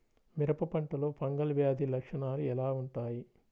మిరప పంటలో ఫంగల్ వ్యాధి లక్షణాలు ఎలా వుంటాయి?